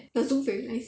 the zoo very nice